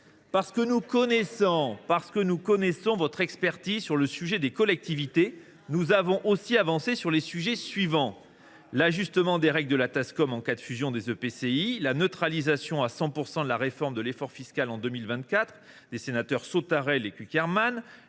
Parce que nous connaissons votre expertise sur le sujet des collectivités, nous avons aussi avancé sur les sujets suivants : l’ajustement des règles de la Tascom en cas de fusion d’EPCI ; la neutralisation à 100 % de la réforme de l’effort fiscal en 2024, demande des sénateurs Sautarel et Cukierman